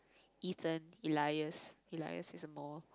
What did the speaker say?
Ethan Elias Elias is a more